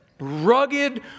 rugged